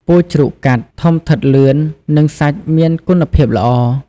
ពូជជ្រូកកាត់ ធំធាត់លឿន និងសាច់មានគុណភាពល្អ។